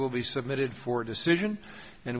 will be submitted for decision and